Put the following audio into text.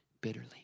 bitterly